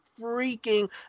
freaking